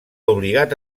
obligat